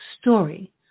story